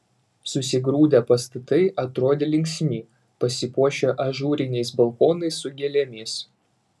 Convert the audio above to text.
susigrūdę pastatai atrodė linksmi pasipuošę ažūriniais balkonais su gėlėmis